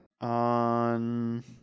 On